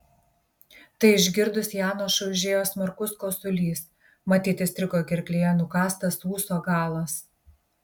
tai išgirdus janošui užėjo smarkus kosulys matyt įstrigo gerklėje nukąstas ūso galas